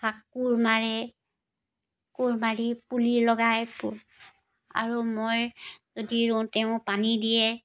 হাক কোৰ মাৰে কোৰ মাৰি পুলি লগায় প আৰু মই যি ৰুওঁ তেওঁ পানী দিয়ে